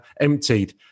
emptied